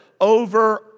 over